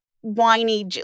whiny